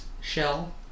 shell